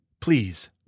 Please